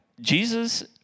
Jesus